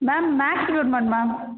ma'am maths department ma'am